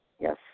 Yes